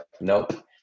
nope